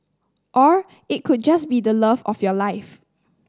or it could just be the love of your life